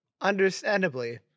Understandably